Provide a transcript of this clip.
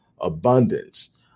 abundance